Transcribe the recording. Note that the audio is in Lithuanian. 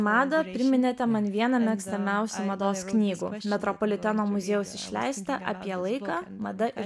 madą priminėte man vieną mėgstamiausių mados knygų metropoliteno muziejaus išleistą apie laiką mada